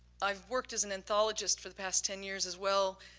i've worked as an anthologist for the past ten years as well,